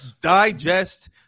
digest